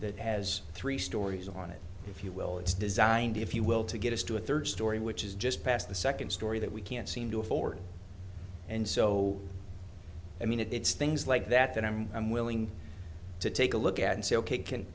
that has three stories on it if you will it's designed if you will to get us to a third story which is just past the second story that we can't seem to afford and so i mean it's things like that that i'm i'm willing to take a look at and say ok